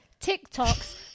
TikToks